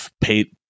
paid